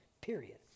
period